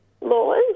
laws